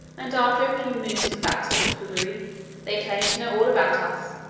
and after a few moons of that sort of foolery they claimed to know all about us.